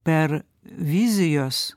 per vizijos